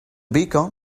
beacon